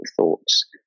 thoughts